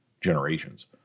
generations